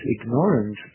ignorance